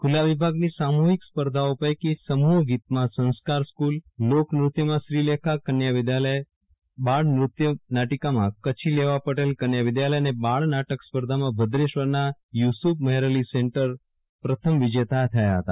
ખુલ્લા વિભાગની સામુહિક સ્પર્ધાઓ પૈકી સમૂહગીતમાં સંસ્કાર સ્કુલ લોક નૃત્યમાં શ્રીલેખા કન્યા વિદ્યાલય બાળ નૃત્યનાટિકામાં કચ્છી લેવાપટેલ કન્યા વિદ્યાલય અને બળ નાટક સ્પર્ધામાં ભદ્રેશ્વરના યુસુફ મેહરઅલી સેન્ટર પ્રથમ વિજેતા થયા હતા